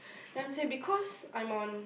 then I say because I'm on